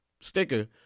sticker